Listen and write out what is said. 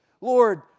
Lord